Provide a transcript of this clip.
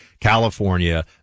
California